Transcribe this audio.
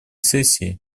сессии